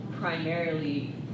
primarily